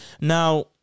Now